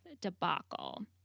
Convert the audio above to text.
debacle